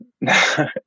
No